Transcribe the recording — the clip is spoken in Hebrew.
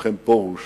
מנחם פרוש